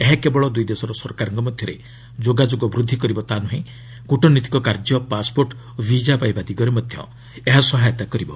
ଏହା କେବଳ ଦୁଇଦେଶର ସରକାରଙ୍କ ମଧ୍ୟରେ ଯୋଗାଯୋଗ ବୃଦ୍ଧି କରିବ ତା' ନୁହେଁ କୁଟନୈତିକ କାର୍ଯ୍ୟ ପାସ୍ପୋର୍ଟ ଓ ବିଜା ପାଇବା ଦିଗରେ ମଧ୍ୟ ଏହା ସହାୟତା କରିବ